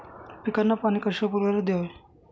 पिकांना पाणी कशाप्रकारे द्यावे?